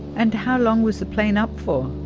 and how long was the plane up for?